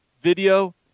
video